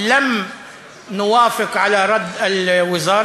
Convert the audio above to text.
אנחנו נעקוב אחרי זה.